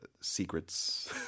secrets